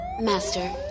Master